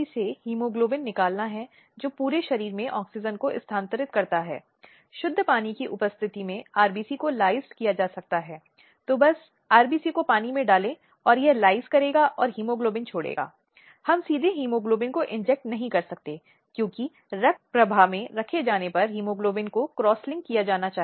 एक अध्ययन में जिसके बारे में आप जानते हैं विकलांग महिलाओं और विकलांग बच्चों के लिए आयोजित किया गया था यह पाया गया कि अगर परिवार में एक विकलांग लड़की है तो परिवार इस तथ्य से पूरी तरह से बेखबर है कि परिवार में कोई और इंसान है